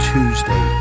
Tuesday